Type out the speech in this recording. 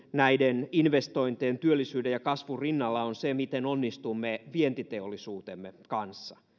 näiden investointien työllisyyden ja kasvun rinnalla on se miten onnistumme vientiteollisuutemme kanssa